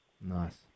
Nice